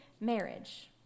marriage